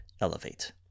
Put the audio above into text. elevate